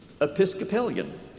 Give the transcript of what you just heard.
Episcopalian